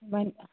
ؤنۍ